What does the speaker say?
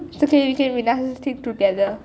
okay wait ah we stick together